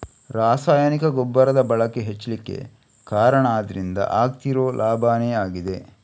ರಾಸಾಯನಿಕ ಗೊಬ್ಬರದ ಬಳಕೆ ಹೆಚ್ಲಿಕ್ಕೆ ಕಾರಣ ಅದ್ರಿಂದ ಆಗ್ತಿರೋ ಲಾಭಾನೇ ಆಗಿದೆ